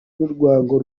urwango